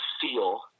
feel